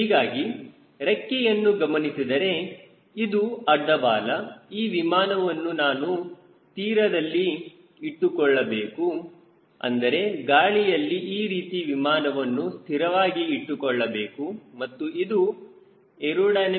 ಹೀಗಾಗಿ ರೆಕ್ಕೆಯನ್ನು ಗಮನಿಸಿದರೆ ಇದು ಅಡ್ಡ ಬಾಲ ಈ ವಿಮಾನವನ್ನು ನಾನು ತಿರದಲ್ಲಿ ಇಟ್ಟುಕೊಳ್ಳಬೇಕು ಅಂದರೆ ಗಾಳಿಯಲ್ಲಿ ಈ ರೀತಿ ವಿಮಾನವನ್ನು ಸ್ಥಿರವಾಗಿ ಇಟ್ಟುಕೊಳ್ಳಬೇಕು ಮತ್ತು ಇದು a